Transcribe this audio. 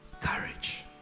courage